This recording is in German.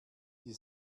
die